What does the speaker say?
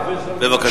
בבקשה.